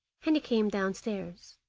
and he came downstairs.